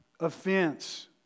offense